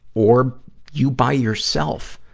or you by yourself,